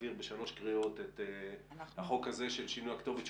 להעביר בשלוש קריאות את החוק הזה של שינוי הכתובת,